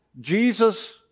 Jesus